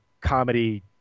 comedy